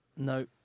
No